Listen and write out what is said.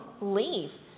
Leave